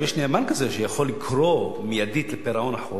אם יש נאמן כזה שיכול לקרוא מייד לפירעון החוב,